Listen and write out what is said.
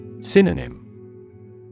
Synonym